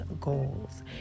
goals